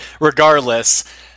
regardless